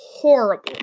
horrible